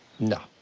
no.